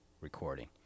recording